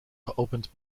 geopend